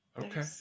Okay